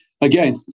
Again